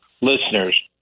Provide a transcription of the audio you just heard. listeners